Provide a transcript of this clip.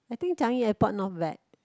I think Changi Airport not bad